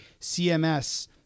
CMS